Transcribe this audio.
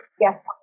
Yes